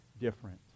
different